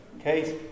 Okay